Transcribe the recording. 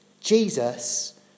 Jesus